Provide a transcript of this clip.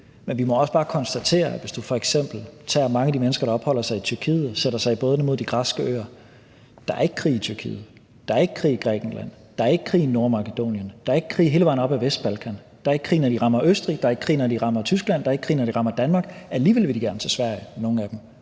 Men vi må også bare konstatere, at hvis du f.eks. tager mange af de mennesker, der opholder sig i Tyrkiet og sætter sig i både mod de græske øer, er det ikke, fordi der er krig i Tyrkiet – der er ikke i krig i Grækenland, der er ikke krig i Nordmakedonien, der er ikke i krig hele vejen op til Vestbalkan, der er ikke krig, når de rammer Østrig, der er ikke krig, når de rammer Tyskland, der er ikke krig, når de rammer Danmark. Men de vil alligevel gerne til Sverige, i hvert